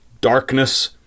darkness